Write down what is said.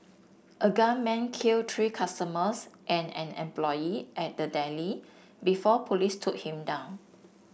a gunman killed three customers and an employee at the deli before police took him down